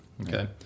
okay